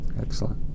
Excellent